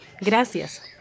Gracias